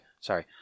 sorry